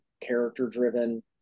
character-driven